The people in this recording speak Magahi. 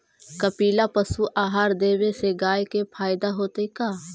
कपिला पशु आहार देवे से गाय के फायदा होतै का?